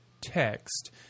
text